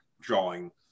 drawing